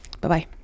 Bye-bye